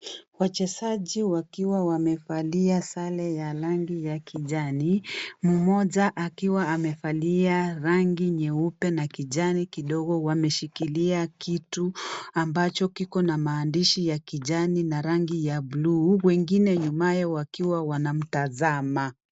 Wachezaji wakiwa wamevalia sare ya rangi ya kijani. Mmoja akiwa amevalia rangi nyeupe na kijani kidogo wameshikilia kitu ambacho kiko na maandishi ya kijani na rangi ya bluu. Wengine nyumaye wakiwa wanamtazama.